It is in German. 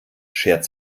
schert